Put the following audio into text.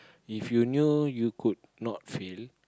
if you knew you could not fail